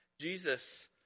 Jesus